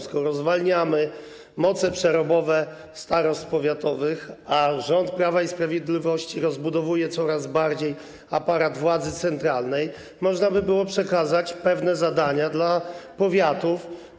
Skoro zwalniamy moce przerobowe starostw powiatowych, a rząd Prawa i Sprawiedliwości rozbudowuje coraz bardziej aparat władzy centralnej, można by było przekazać pewne zadania powiatom.